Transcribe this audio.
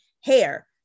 hair